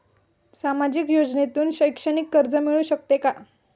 सामाजिक योजनेतून शैक्षणिक कर्ज मिळू शकते का?